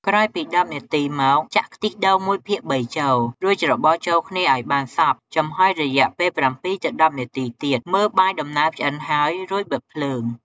ក្រោយពី១០នាទីមក ចាក់ខ្ទិះដូង១ភាគ៣ ចូល រួចច្របល់ចូលគ្នាឱ្យបានសព្វ ចំហុយរយៈពេល ៧ទៅ១០នាទីទៀត មើលបាយដំណើបឆ្អិនហើយ រួចបិទភ្លើង។